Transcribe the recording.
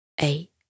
Eight